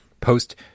post